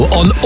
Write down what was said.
on